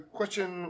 question